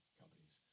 companies